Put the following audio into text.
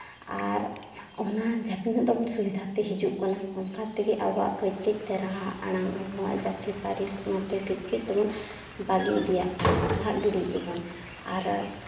ᱟᱨ ᱚᱱᱟ ᱡᱟᱦᱟᱸ ᱛᱤᱱᱟᱹᱜ ᱛᱟᱵᱚ ᱥᱩᱵᱤᱫᱟ ᱛᱮᱦᱮᱧ ᱦᱤᱡᱩᱜ ᱠᱟᱱᱟ ᱚᱱᱠᱟ ᱛᱮᱜᱮ ᱟᱵᱚᱣᱟᱜ ᱠᱟᱹᱡ ᱠᱟᱹᱡ ᱛᱮ ᱨᱟᱦᱟ ᱟᱲᱟᱝ ᱟᱵᱚᱣᱟᱜ ᱡᱟᱹᱛᱤ ᱯᱟᱹᱨᱤᱥ ᱚᱱᱟᱛᱮ ᱠᱟᱹᱡ ᱠᱟᱹᱡ ᱛᱮᱵᱚᱱ ᱵᱟᱹᱜᱤ ᱤᱫᱤᱭᱟᱜ ᱠᱟᱱᱟ ᱟᱲᱟᱝ ᱜᱤᱰᱤᱭᱮᱜ ᱟᱵᱚᱱ ᱟᱨ